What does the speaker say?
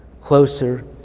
closer